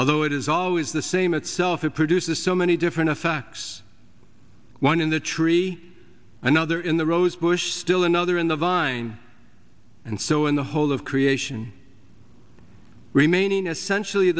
although it is always the same itself it produces so many different f x one in the tree another in the rosebush still another in the vine and so in the whole of creation remaining essential